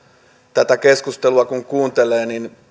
tätä keskustelua kun kuuntelee niin